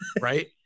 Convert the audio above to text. Right